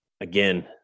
again